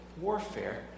warfare